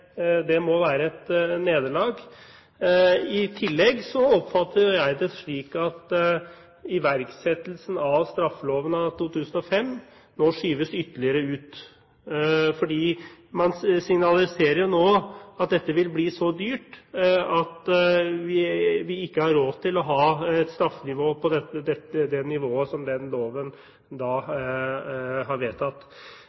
Det må være et nederlag. I tillegg oppfatter jeg det slik at iverksettelsen av straffeloven av 2005 nå skyves ytterligere ut, fordi man nå signaliserer at dette vil bli så dyrt at vi ikke har råd til et straffenivå på det nivået som i den loven